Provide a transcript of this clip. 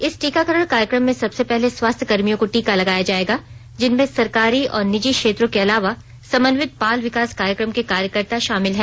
इस टीकाकरण कार्यक्रम में सबसे पहले स्वास्थ्य कर्मियों को टीका लगाया जाएगा जिनमें सरकारी और निजी क्षेत्रों के अलावा समन्वित बाल विकास कार्यक्रम के कार्यकर्ता शामिल हैं